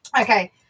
Okay